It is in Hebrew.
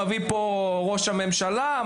מביא פה ראש ממשלה,